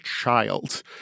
child